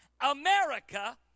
America